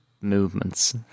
movements